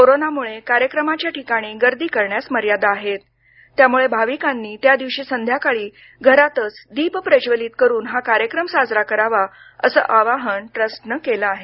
करोनामुळे कार्यक्रम ठिकाणी गर्दी करण्यास मर्यादा आहेत त्यामुळ भाविकांनी त्या दिवशी सायंकाळी घरातच दीप प्रज्वलित करून हा कार्यक्रम साजरा करावा असं आवाहन ही या ट्रस्टनं केलं आहे